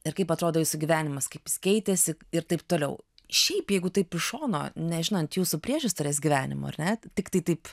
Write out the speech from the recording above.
ir kaip atrodo jūsų gyvenimas kaip jis keitėsi ir taip toliau šiaip jeigu taip iš šono nežinant jūsų priešistorės gyvenimo ar ne tiktai taip